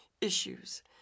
issues